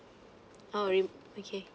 oh re~ okay